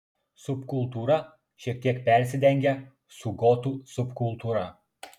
subkultūra šiek tiek persidengia su gotų subkultūra